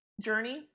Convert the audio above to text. Journey